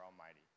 Almighty